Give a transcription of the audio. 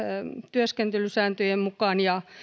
työskentelysääntöjen mukaan ja